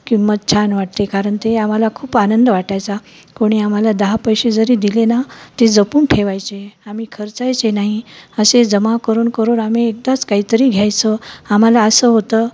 किंमत छान वाटते कारण ते आम्हाला खूप आनंद वाटायचा कोणी आम्हाला दहा पैसे जरी दिले ना ते जपून ठेवायचे आम्ही खर्चायचे नाही असे जमा करून करून आम्ही एकदाच काहीतरी घ्यायचं आम्हाला असं होतं